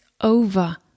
over